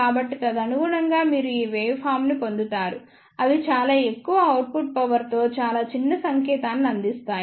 కాబట్టి తదనుగుణంగా మీరు ఈ వేవ్ ఫార్మ్ ని పొందుతారు అవి చాలా ఎక్కువ అవుట్పుట్ పవర్ తో చాలా చిన్న సంకేతాన్ని అందిస్తాయి